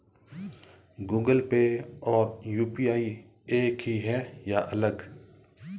Google Pay और UPI एक ही है या अलग?